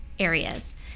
areas